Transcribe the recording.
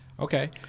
Okay